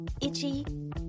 Itchy